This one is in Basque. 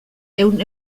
ehun